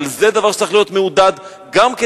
אבל זה דבר שצריך להיות מעודד גם כן